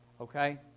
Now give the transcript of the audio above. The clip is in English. Okay